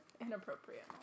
inappropriate